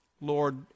Lord